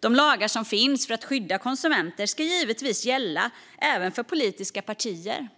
De lagar som finns för att skydda konsumenter ska givetvis gälla även för politiska partier.